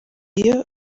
iyo